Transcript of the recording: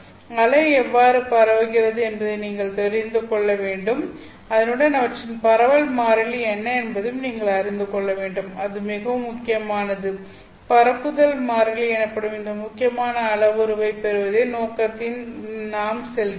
அலை எவ்வாறு பரவுகிறது என்பதை நீங்கள் தெரிந்து கொள்ள வேண்டும் அதனுடன் அவற்றின் பரவல் மாறிலி என்ன என்பதையும் நீங்கள் அறிந்து கொள்ள வேண்டும் அது மிகவும் முக்கியமானது பரப்புதல் மாறிலி எனப்படும் இந்த முக்கியமான அளவுருவைப் பெறுவதை நோக்கித்தான் நாம் செல்கிறோம்